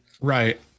Right